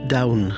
Down